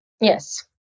Yes